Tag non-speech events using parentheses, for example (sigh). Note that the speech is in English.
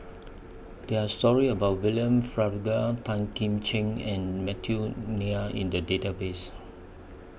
There Are stories about William Farquhar Tan Kim Ching and Matthew (unintelligible) in The Database